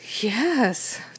Yes